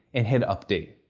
and hit update.